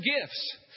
gifts